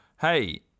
Hey